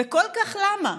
וכל כך למה?